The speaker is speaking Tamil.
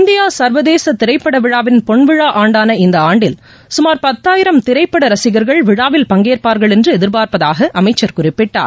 இந்தியா சர்வதேச திரைப்பட விழாவின் பொன்விழா ஆண்டாள இந்த ஆண்டில் சுமார் பத்தாயிரம் திரைப்பட ரசிகர்கள் விழாவில் பங்கேற்பார்கள் என்று எதிர்பார்ப்பதாக அமைச்சர் குறிப்பிட்டார்